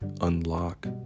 unlock